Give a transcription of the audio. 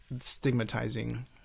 stigmatizing